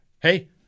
hey